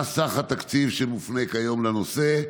1. מה סך התקציב שמופנה כיום לנושא?